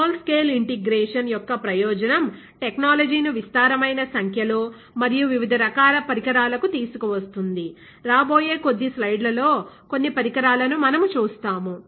small scale integration యొక్క ప్రయోజనం technology ను విస్తారమైన సంఖ్యలో మరియు వివిధ రకాల పరికరాలకు తీసుకు వస్తుంది రాబోయే కొద్ది స్లైడ్లలో కొన్ని పరికరాలను మనం చూస్తాము